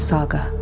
Saga